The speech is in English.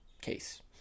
case